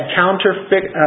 counterfeit